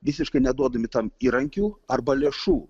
visiškai neduodami tam įrankių arba lėšų